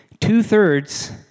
Two-thirds